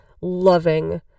loving